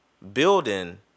building